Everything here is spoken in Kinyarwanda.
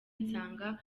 nsanga